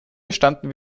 bestanden